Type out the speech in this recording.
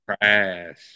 Crash